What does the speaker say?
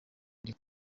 ndi